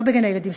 לא בגני-ילדים,